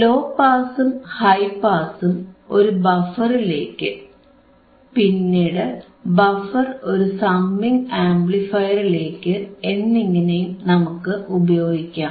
law പാസും high പാസും ഒരു ബഫറിലേക്ക് പിന്നീട് ബഫർ ഒരു സമ്മിംഗ് ആംപ്ലിഫയറിലേക്ക് എന്നിങ്ങനെയും നമുക്ക് ഉപയോഗിക്കാം